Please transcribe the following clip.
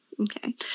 Okay